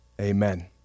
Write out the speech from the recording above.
Amen